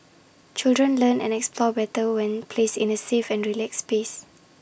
children learn and explore better when placed in A safe and relaxed space